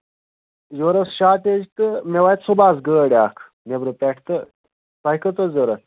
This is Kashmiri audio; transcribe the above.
یورٕ اوس شاٹیج تہٕ مےٚ واتہِ صُبحَس گٲڑۍ اَکھ نٮ۪برٕ پٮ۪ٹھ تہٕ تۄہہِ کٔژ آسہٕ ضوٚرَتھ